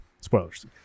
spoilers